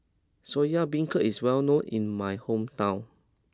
Soya Beancurd is well known in my hometown